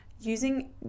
Using